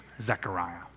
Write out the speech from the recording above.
Zechariah